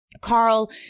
Carl